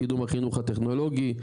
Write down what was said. קידום החינוך הטכנולוגי.